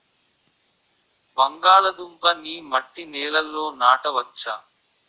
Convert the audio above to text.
బంగాళదుంప నీ మట్టి నేలల్లో నాట వచ్చా?